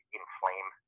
inflame